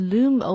Loom